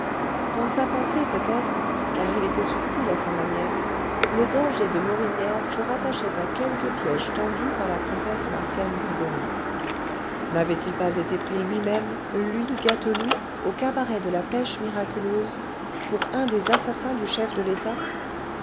dans sa pensée peut-être car il était subtil à sa manière le danger de morinière se rattachait à quelque piège tendu par la comtesse marcian gregoryi n'avait-il pas été pris lui-même lui gâteloup au cabaret de la pêche miraculeuse pour un des assassins du chef de l'état